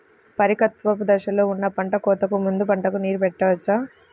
పరిపక్వత దశలో ఉన్న పంట కోతకు ముందు పంటకు నీరు పెట్టవచ్చా?